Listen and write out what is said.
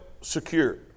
secure